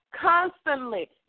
constantly